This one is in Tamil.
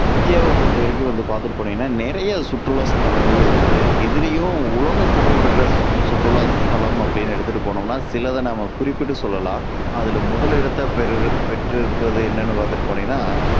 இந்தியாவை பொறுத்த வரைக்கும் வந்து பார்த்துட்டு போனிங்கன்னா நிறையா சுற்றுலாஸ்தலங்கள் இருக்குது இதுலையும் உலக புகழ்பெற்ற சுற்றுலாஸ்தலம் அப்படினு எடுத்துகிட்டு போனோம்னா சில இதை நாம குறிப்பிட்டு சொல்லலாம் அதில் முதலிடத்த பெறுகிற பெற்று இருப்பது என்னென்று பார்த்துட்டு போனிங்கனா